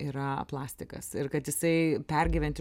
yra plastikas ir kad jisai pergyventi